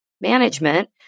management